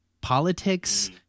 politics